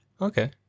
okay